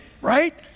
Right